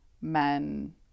men